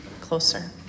closer